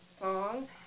song